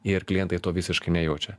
ir klientai to visiškai nejaučia